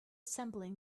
assembling